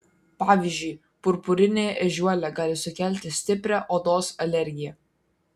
pavyzdžiui purpurinė ežiuolė gali sukelti stiprią odos alergiją